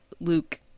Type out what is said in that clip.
Luke